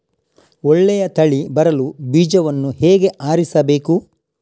ಒಳ್ಳೆಯ ತಳಿ ಬರಲು ಬೀಜವನ್ನು ಹೇಗೆ ಆರಿಸಬೇಕು?